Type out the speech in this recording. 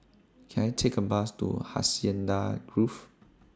Can I Take A Bus to Hacienda Grove